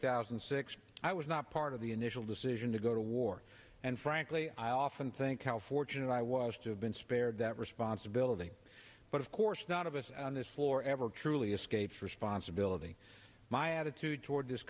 thousand and six i was not part of the initial decision to go to war and frankly i often think how fortunate i was to have been spared that responsibility but of course none of us on this floor ever truly escapes responsibility my attitude toward this